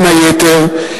בין היתר,